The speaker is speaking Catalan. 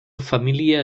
família